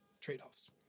trade-offs